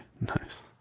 nice